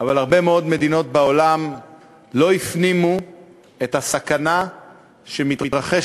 אבל הרבה מאוד מדינות בעולם לא הפנימו את הסכנה שמתרחשת